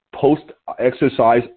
post-exercise